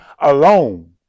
alone